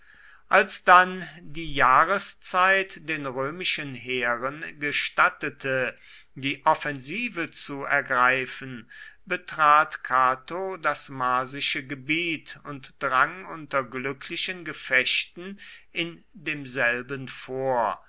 als dann die jahreszeit den römischen heeren gestattete die offensive zu ergreifen betrat cato das marsische gebiet und drang unter glücklichen gefechten in demselben vor